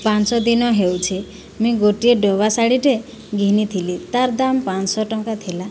ପାଞ୍ଚ ଦିନ ହେଉଛେ ମୁଇଁ ଗୋଟିଏ ଡବା ଶାଢ଼ୀଟେ ଘିନିଥିଲି ତାର୍ ଦାମ୍ ପାଞ୍ଚ୍ ଶହ ଟଙ୍କା ଥିଲା